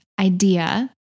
idea